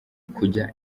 kujya